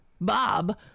Bob